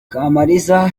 kamaliza